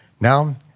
Now